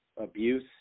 abuse